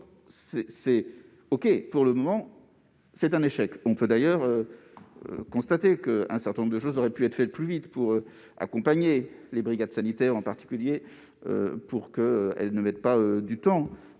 Certes, pour le moment, c'est un échec. On peut d'ailleurs constater qu'un certain nombre de choses auraient pu être mises en place plus rapidement pour accompagner les brigades sanitaires, en particulier pour que celles-ci ne perdent pas de temps